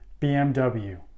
bmw